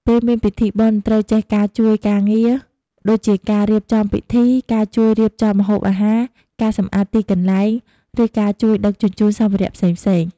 ពេលមានពិធីបុណ្យ ត្រូវចេះការជួយការងារដូចជាការរៀបចំពិធី ការជួយរៀបចំម្ហូបអាហារ ការសម្អាតទីកន្លែង ឬការជួយដឹកជញ្ជូនសម្ភារៈផ្សេងៗ។